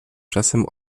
czasem